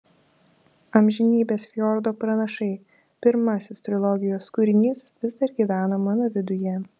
amžinybės fjordo pranašai pirmasis trilogijos kūrinys vis dar gyvena mano viduje